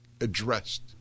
addressed